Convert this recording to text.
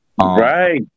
Right